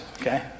okay